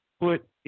put